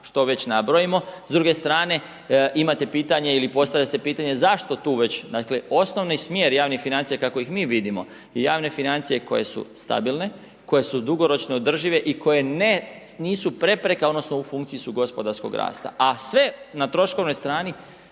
što već nabrojimo, s druge strane imate pitanje ili postavlja se pitanje zašto tu već, dakle osnovni smjer javnih financija kako ih mi vidimo, javne financije koje su stabilne, koje su dugoročno održive i koje nisu prepreka, odnosno, u funkciji su gospodarskog rasta, a sve na troškovnoj strani